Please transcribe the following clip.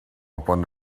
upon